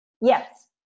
Yes